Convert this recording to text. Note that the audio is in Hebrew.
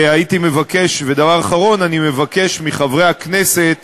ודבר אחרון, אני מבקש מחברי הכנסת